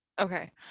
Okay